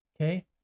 Okay